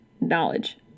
knowledge